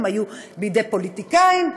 הם היו בידי פוליטיקאים,